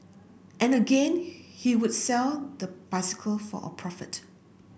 and again he would sell the bicycle for a profit